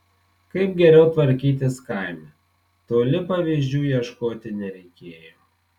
kaip geriau tvarkytis kaime toli pavyzdžių ieškoti nereikėjo